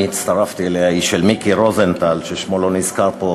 הצטרפתי אליה היא של מיקי רוזנטל ששמו לא נזכר פה,